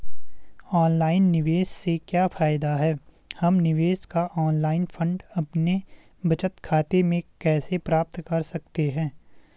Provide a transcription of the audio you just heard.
Online निवेश से क्या फायदा है हम निवेश का ऑनलाइन फंड अपने बचत खाते में कैसे प्राप्त कर सकते हैं?